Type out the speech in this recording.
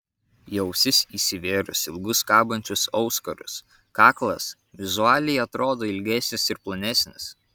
į ausis įsivėrus ilgus kabančius auskarus kaklas vizualiai atrodo ilgesnis ir plonesnis